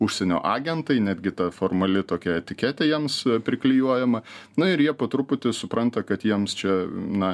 užsienio agentai netgi ta formali tokia etiketė jiems priklijuojama na ir jie po truputį supranta kad jiems čia na